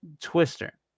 Twister